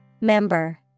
Member